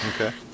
Okay